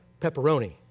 Pepperoni